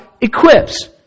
equips